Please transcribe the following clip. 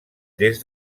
des